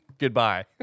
goodbye